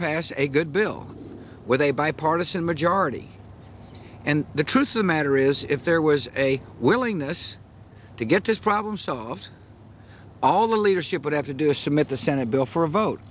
pass a good bill with a bipartisan majority and the truth of the matter is if there was a willingness to get this problem solved all the leadership would have to do is submit the senate bill for a vote